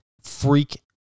Freak